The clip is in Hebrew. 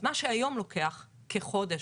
מה שהיום לוקח כחודש